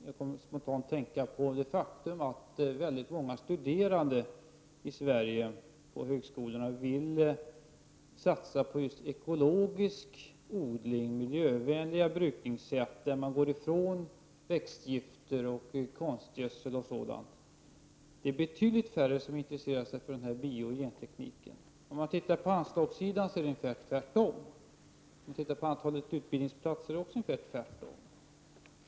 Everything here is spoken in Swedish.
Jag kom spontant att tänka på det faktum att väldigt många studerande på högskolorna i Sverige vill satsa på ekologisk odling och miljövänligare brukningssätt där man går ifrån växtgifter och konstgödsel. Det är betydligt färre som intresserar sig för biooch gentekniken. Men på anslagssidan är det tvärtom, och i fråga om antalet utbildningsplatser är det också tvärtom.